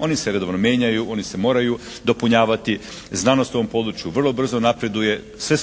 Oni se redovno mijenjaju, oni se moraju dopunjavati, znanost u ovom području vrlo brzo napreduje. Sve